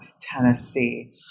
Tennessee